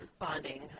bonding